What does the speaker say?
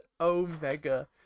omega